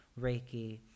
Reiki